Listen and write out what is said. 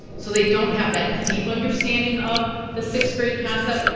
so they don't have that deep understanding of the sixth grade concept.